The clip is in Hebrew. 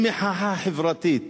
אם מחאה חברתית,